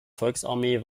volksarmee